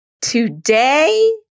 Today